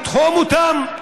לתחום אותם.